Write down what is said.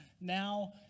now